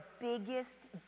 biggest